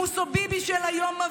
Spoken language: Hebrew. מוסוביבי של היום,